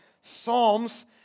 Psalms